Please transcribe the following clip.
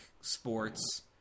sports